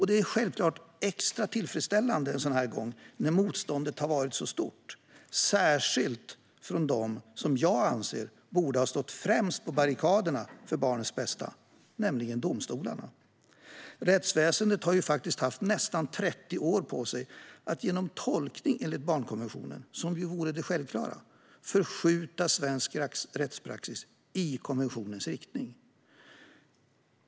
Det är självklart extra tillfredsställande en sådan här gång, när motståndet har varit så stort, särskilt från dem som jag anser borde ha stått främst på barrikaderna för barnens bästa, nämligen domstolarna. Rättsväsendet har faktiskt haft nästan 30 år på sig att genom tolkning enligt barnkonventionen, vilket vore det självklara, förskjuta svensk rättspraxis i konventionens riktning.